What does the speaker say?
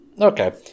Okay